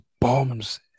bombs